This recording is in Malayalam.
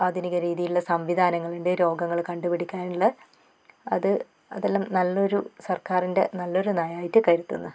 ആധുനിക രീതിയിലുള്ള സംവിധാനങ്ങളുണ്ട് രോഗങ്ങൾ കണ്ടു പിടിക്കാനുള്ള അത് അതെല്ലാം നല്ലൊരു സർക്കാരിൻ്റെ നല്ലൊരു നയമായിട്ട് കരുതുന്നു